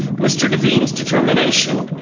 mr. devine's determination,